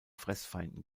fressfeinden